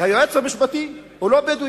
היועץ המשפטי הוא לא בדואי,